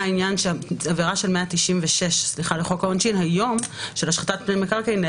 העבירה של 196 לחוק העונשין היום של השחתת פני מקרקעין,